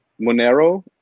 Monero